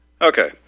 Okay